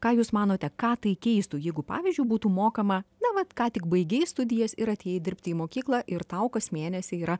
ką jūs manote ką tai keistų jeigu pavyzdžiui būtų mokama na vat ką tik baigei studijas ir atėjai dirbti į mokyklą ir tau kas mėnesį yra